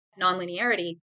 nonlinearity